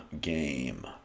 game